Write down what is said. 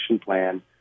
plan